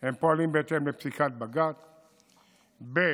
הם פועלים בהתאם לפסיקת בג"ץ, ב.